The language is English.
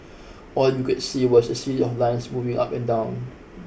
all you could see was a series of lines moving up and down